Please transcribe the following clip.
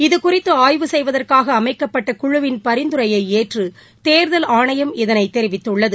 இதுகுறித்து ஆய்வு செய்வதற்காக அமைக்கப்பட்ட குழுவின் பரிந்துரையை ஏற்று தேர்தல் ஆணையம் இதனை தெரிவித்துள்ளது